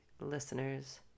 listeners